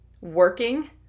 working